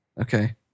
Okay